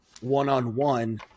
one-on-one